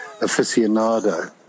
aficionado